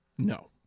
No